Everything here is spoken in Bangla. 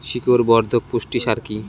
শিকড় বর্ধক পুষ্টি সার কি?